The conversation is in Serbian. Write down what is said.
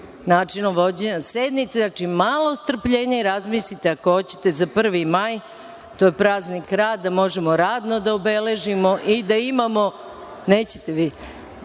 načinom vođenja sednice. Znači, malo strpljenja i razmislite, ako hoćete, za 1. maj, to je praznik rada, možemo radno da obeležimo i da imamo tu sednicu